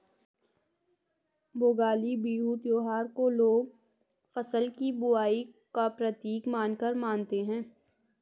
भोगाली बिहू त्योहार को लोग फ़सल की बुबाई का प्रतीक मानकर मानते हैं